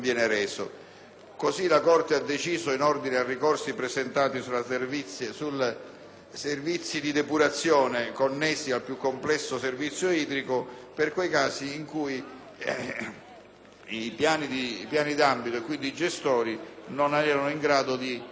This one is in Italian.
servizi di depurazione connessi al più complesso servizio idrico, nei casi in cui i piani d'ambito e i gestori non siano in grado di fornire il servizio. La Commissione ‑ ripeto ‑ ha convenuto sul principio e ha